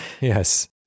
yes